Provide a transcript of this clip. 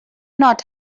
not